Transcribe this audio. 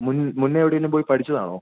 മുൻ മുന്നെ എവിടെയെങ്കിലും പോയി പഠിച്ചതാണോ